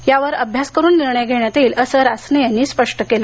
यावर अभ्यास करून निर्णय घेण्यात येईल असे रासने यांनी स्पष्ट केलं